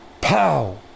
pow